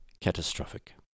catastrophic